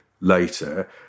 later